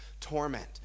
torment